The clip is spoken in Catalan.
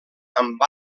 amb